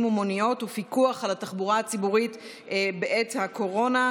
ומוניות ופיקוח על התחבורה הציבורית בעת הקורונה,